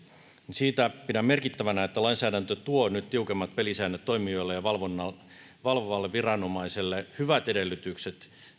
niin siinä pidän merkittävänä että lainsäädäntö tuo nyt tiukemmat pelisäännöt toimijoille ja valvovalle viranomaiselle hyvät edellytykset